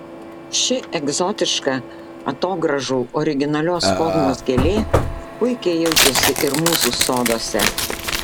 ši egzotiška atogrąžų originalios formos gėlė puikiai jaučiasi ir mūsų soduose